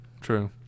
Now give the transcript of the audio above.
True